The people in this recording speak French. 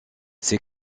ces